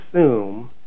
assume